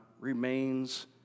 remains